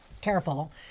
Careful